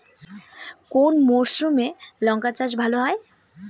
কোন মরশুমে লঙ্কা চাষ ভালো হয়?